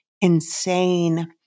insane